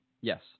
Yes